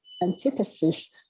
antithesis